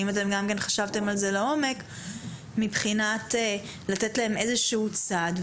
אם חשבתם על זה לעומק מבחינת לתת להם איזשהו צד,